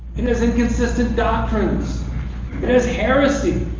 it has inconsistent doctrines it has heresy.